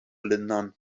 lindern